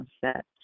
set